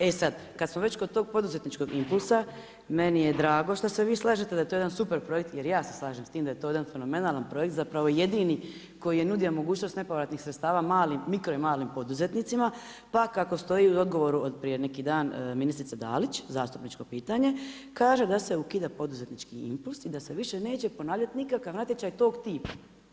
E sad, kad smo već kod tog poduzetničkog impulsa meni je drago što se vi slažete da je to jedan super projekt jer ja se slažem s tim da je to jedan fenomenalan projekt, zapravo jedini koji je nudio mogućnost nepovratnih sredstava mikro i malim poduzetnicima, pa kako stoji u odgovoru od prije neki dan ministrice Dalić, zastupničko pitanje kaže da se ukida poduzetnički impuls i da se više neće ponavljati nikakav natječaj tog tipa.